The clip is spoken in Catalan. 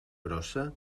grossa